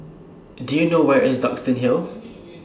Do YOU know Where IS Duxton Hill